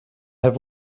have